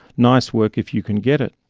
nice work if you can get it.